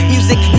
Music